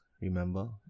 remember